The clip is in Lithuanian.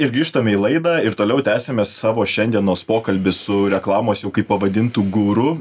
ir grįžtame į laidą ir toliau tęsiame savo šiandienos pokalbį su reklamos jau kaip pavadintu guru